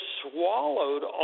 swallowed